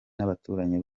n’abaturanyi